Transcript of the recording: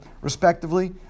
respectively